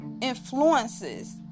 influences